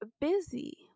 busy